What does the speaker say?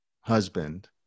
husband